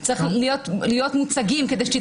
צריך להבין שאנחנו מסתכלים על הדבר הזה בצורה שונה